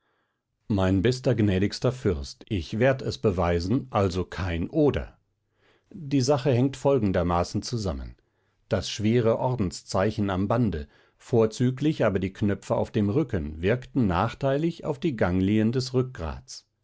mein bester gnädigster fürst ich werd es beweisen also kein oder die sache hängt folgendermaßen zusammen das schwere ordenszeichen am bande vorzüglich aber die knöpfe auf dem rücken wirkten nachteilig auf die ganglien des rückgrats